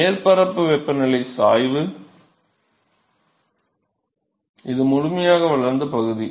மேற்பரப்பு வெப்பநிலை சாய்வு இது முழுமையாக வளர்ந்த பகுதி